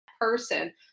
person